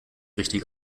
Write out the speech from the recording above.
richtig